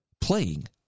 playing